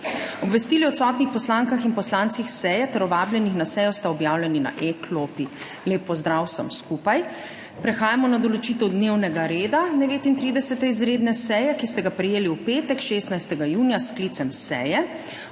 Obvestili o odsotnih poslankah in poslancih seje ter o vabljenih na sejo sta objavljeni na e-klopi. Lep pozdrav vsem skupaj. Prehajamo na določitev dnevnega reda 39. izredne seje, ki ste ga prejeli v petek, 16. junija, s sklicem seje.